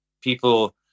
people